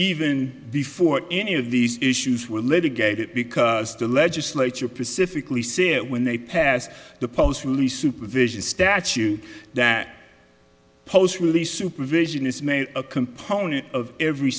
even before any of these issues were litigated because the legislature pacifically see it when they passed the post really supervision statute that post really supervision is made a component of every